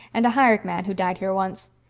and a hired man who died here once!